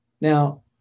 Now